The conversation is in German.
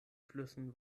flüssen